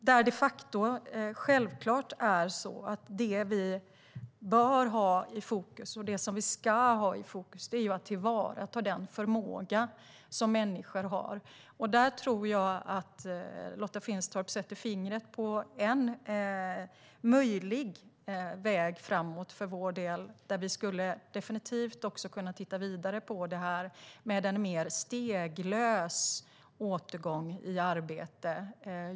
Det vi självklart bör och ska ha i fokus är att tillvarata den förmåga människor har. Där tror jag att Lotta Finstorp sätter fingret på en möjlig väg framåt för vår del, där vi definitivt skulle kunna titta vidare på det här med en mer steglös återgång till arbete.